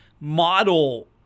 model